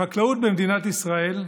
החקלאות במדינת ישראל,